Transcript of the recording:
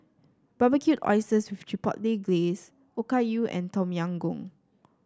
Barbecued Oysters with Chipotle Glaze Okayu and Tom Yam Goong